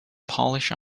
polish